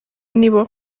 nibo